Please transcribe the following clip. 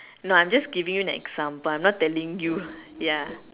no I'm just giving an example I'm not telling you ya